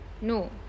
no